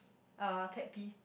uh pet peeve